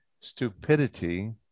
stupidity